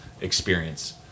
experience